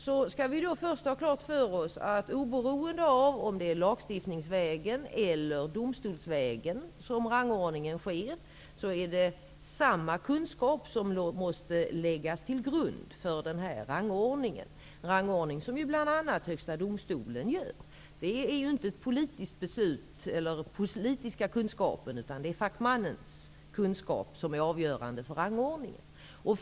Vi skall ha klart för oss att oberoende av om det är lagstiftningsvägen eller domstolsvägen som rangordningen sker, är det samma kunskap som måste läggas till grund för denna rangordning, som bl.a. Högsta domstolen gör. Det är inte politiska kunskaper, utan det är fackmannens kunskap som är avgörande för rangordningen.